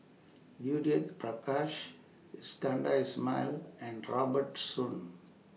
Judith Prakash Iskandar Ismail and Robert Soon